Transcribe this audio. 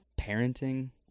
parenting